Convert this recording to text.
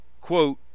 quote